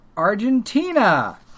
Argentina